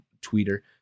Twitter